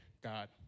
God